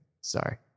Sorry